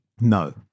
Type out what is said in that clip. No